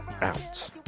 out